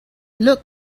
look